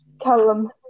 Callum